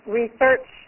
research